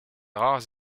rares